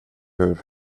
hur